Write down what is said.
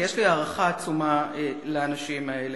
ויש לי הערכה עצומה לאנשים האלה.